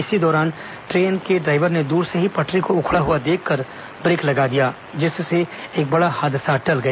इसी दौरान ट्रेन के ड्राईवर ने दूर से ही पटरी को उंखड़ा हुआ देखकर ब्रेक लगा दिया जिससे एक बड़ा हादसा टल गया